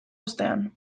ostean